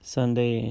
Sunday